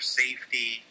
safety